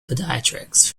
pediatrics